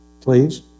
please